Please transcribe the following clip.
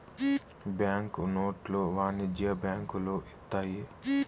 bank నోట్లు వాణిజ్య బ్యాంకులు ఇత్తాయి